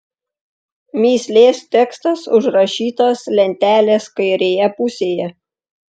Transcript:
mįslės tekstas užrašytas lentelės kairėje pusėje